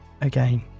Again